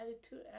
Attitude